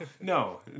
no